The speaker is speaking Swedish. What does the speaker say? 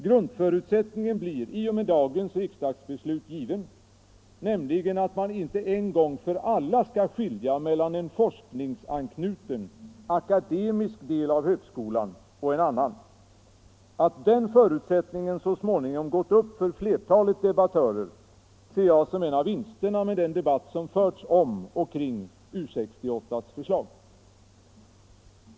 Grundförutsättningen blir i och med dagens riksdagsbeslut given, nämligen att man inte en gång för alla kan skilja mellan en forskningsanknuten, ”akademisk”, del av högskolan och en annan. Att den förutsättningen så småningom gått upp för flertalet debattörer ser jag som en av vinsterna med den debatt som förts om och kring U 68:s förslag.